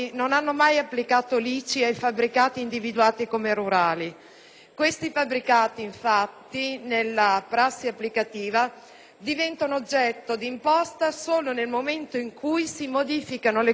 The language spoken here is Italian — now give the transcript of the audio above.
come rurali; essi, nella prassi applicativa, diventano oggetto di imposta solo nel momento in cui si modificano le condizioni soggettive o oggettive del proprietario,